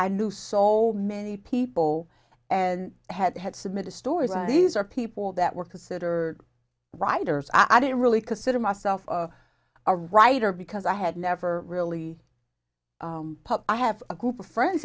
i knew so many people and had had submitted stories these are people that were considered writers i didn't really consider myself a writer because i had never really i have a group of friends